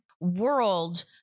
world